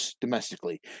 domestically